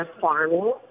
farming